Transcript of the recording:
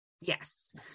Yes